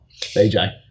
bj